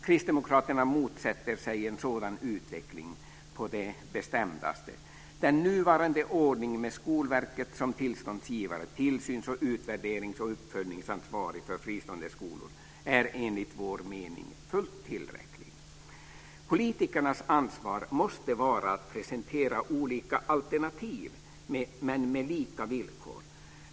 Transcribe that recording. Kristdemokraterna motsätter sig en sådan utveckling på det bestämdaste. Den nuvarande ordningen med Skolverket som tillståndsgivare och tillsyns-, utvärderings och uppföljningsansvarig för fristående skolor är enligt vår mening fullt tillräcklig. Politikernas ansvar måste vara att presentera olika alternativ men med lika villkor.